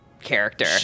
character